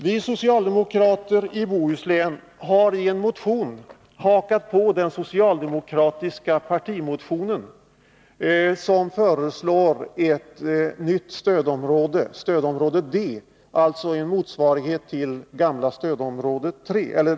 Vi socialdemokrater i Bohuslän har i en motion hakat på den socialdemokratiska partimotionen, vari föreslås ett nytt stödområde, stödområde D —- alltså en motsvarighet till nuvarande stödområde 3.